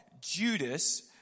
Judas